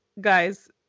guys